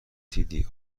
دیدی